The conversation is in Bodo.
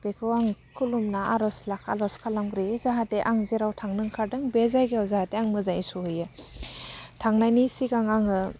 बेखौ आं खुलुमना आर'ज आर'ज खालामग्रोयो जाहाथे आं जेराव थांनो ओंखारदों बे जायगायाव जाहाथे आं मोजाङै सहैयो थांनायनि सिगां आङो